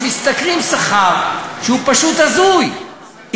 הסמכת רשות ניירות ערך לחלט רכוש בשווי רכוש הקשור לעבירת ניירות ערך,